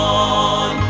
on